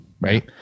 right